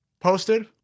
posted